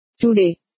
today